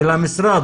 של המשרד,